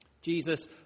Jesus